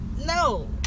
No